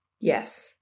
Yes